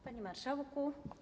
Panie Marszałku!